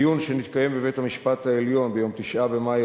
בדיון שנתקיים בבית-המשפט העליון ביום 9 במאי